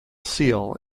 seal